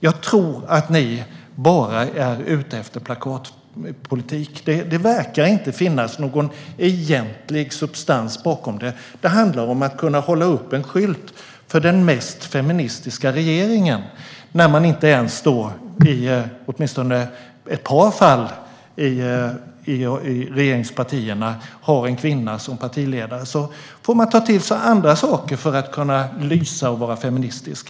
Jag tror att ni bara är ute efter plakatpolitik. Det verkar inte finnas någon egentlig substans bakom detta. Det handlar om att kunna hålla upp en skylt för den mest feministiska regeringen. När regeringspartierna bara i ett par fall har en kvinna som partiledare får man ta till andra saker för att lysa och vara feministisk.